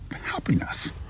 happiness